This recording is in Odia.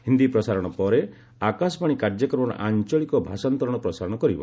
ହିନ୍ଦୀ ପ୍ରସାରଣ ପରେ ଆକାଶବାଣୀ କାର୍ଯ୍ୟକ୍ରମର ଆଞ୍ଚଳିକ ଭାଷାନ୍ତରଣର ପ୍ରସାରଣ କରିବ